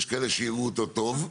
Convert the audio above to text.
יש כאלה שיראו אותו טוב,